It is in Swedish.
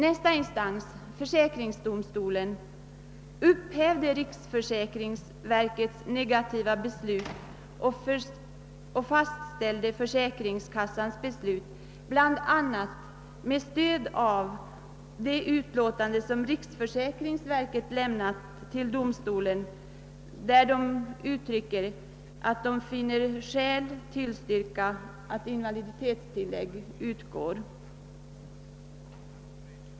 Nästa instans, försäkringsdomstolen, upphävde riksförsäkringsverkets negativa beslut och fastställde försäkringskassans beslut, bl.a. med stöd av det utlåtande som riksförsäkringsverket avgivit till domstolen, enligt vilket utlåtande riksförsäkringsverket funnit skäl tillstyrka att invaliditetstillägg skulle utgå.